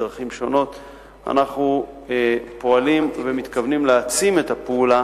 אנחנו פועלים ומתכוונים להעצים את הפעולה